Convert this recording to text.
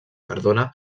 cardona